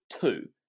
two